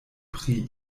pri